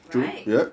right